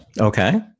Okay